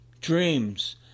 dreams